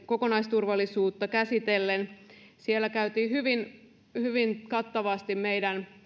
kokonaisturvallisuutta käsittelevän maanpuolustuskurssin siellä käytiin hyvin hyvin kattavasti läpi meidän